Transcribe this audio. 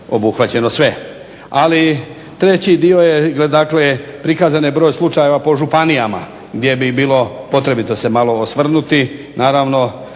obuhvaćeno sve. Ali treći dio je prikazano broj slučajeva po županijama gdje bi bilo potrebito se malo osvrnuti. Naravno